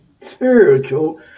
spiritual